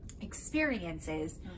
experiences